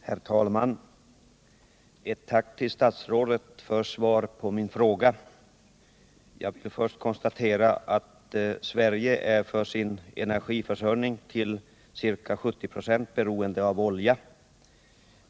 Herr talman! Ett tack till statsrådet för svaret på min fråga. Jag vill först konstatera att Sverige för sin energiförbrukning är till ca 70 26 beroende av olja.